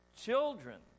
children